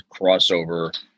crossover